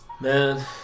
Man